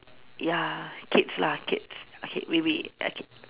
ya kids lah kids okay we we okay